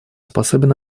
способен